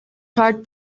chart